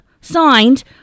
Signed